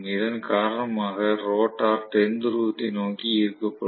இதன் காரணமாக ரோட்டார் தென் துருவத்தை நோக்கி ஈர்க்கப்படும்